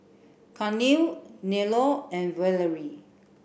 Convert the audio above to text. Carnell Nello and Valerie